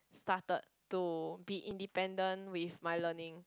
started to be independent with my learning